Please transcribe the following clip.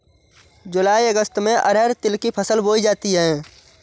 जूलाई अगस्त में अरहर तिल की फसल बोई जाती हैं